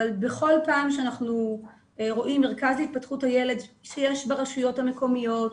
אבל בכל פעם שאנחנו רואים מרכז התפתחות הילד שיש ברשויות המקומיות,